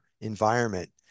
environment